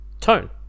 tone